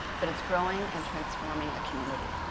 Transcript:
but it's growing and transforming a community.